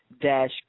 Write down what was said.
dash